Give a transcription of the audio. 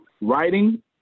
Writing